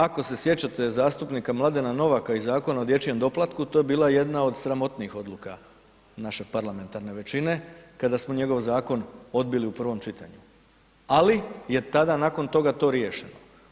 Ako se sjećate zastupnika Mladena Novaka i Zakona o dječjem doplatku, to je bila jedna od sramotnijih odluka naše parlamentarne većine kada smo njegov zakon odbili u prvom čitanju ali je tada nakon toga to riješeno.